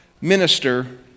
minister